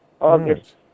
August